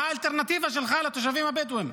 מה האלטרנטיבה שלך לתושבים הבדואים?